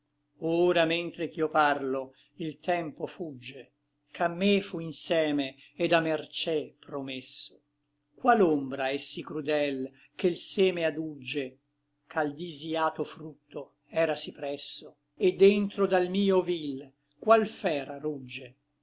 ora mentre ch'io parlo il tempo fugge ch'a me fu inseme et a mercé promesso qual ombra è sí crudel che l seme adugge ch'al disïato frutto era sí presso et dentro dal mio ovil qual fera rugge